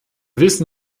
wissen